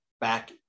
back